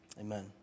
Amen